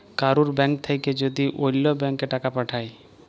কারুর ব্যাঙ্ক থাক্যে যদি ওল্য ব্যাংকে টাকা পাঠায়